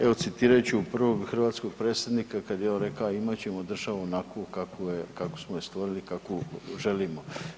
Evo citirat ću prvog hrvatskog predsjednika kada je on rekao imat ćemo državu onakvu kakvu smo je stvorili, kakvu želimo.